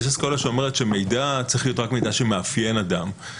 יש אסכולה שאומרת שמידע צריך להיות רק מידע שמאפיין אדם.